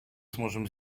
сможем